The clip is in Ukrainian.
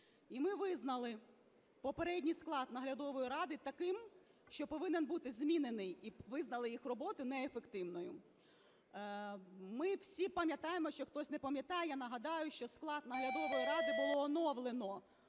І ми визнали попередній склад наглядової ради таким, що повинен бути змінений, і визнали їх роботу неефективною. Ми всі пам'ятаємо, якщо хтось не пам'ятає, я нагадаю, що склад наглядової ради було оновлено